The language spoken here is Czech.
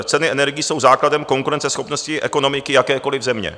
Ceny energií jsou základem konkurenceschopnosti ekonomiky jakékoliv země.